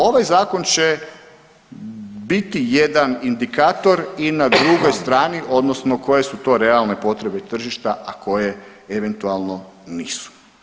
Ovaj zakon će biti jedan indikator i na drugoj strani odnosno koje su to realne potrebe tržišta, a koje eventualno nisu.